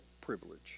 privilege